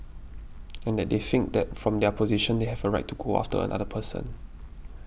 and that they think that from their position they have a right to go after another person